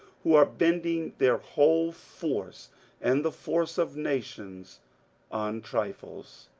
who are bending their whole force and the force of nations on trifles,